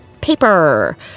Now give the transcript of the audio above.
paper